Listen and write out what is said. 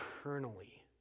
eternally